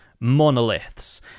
monoliths